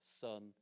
Son